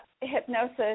hypnosis